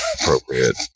appropriate